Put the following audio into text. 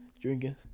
drinking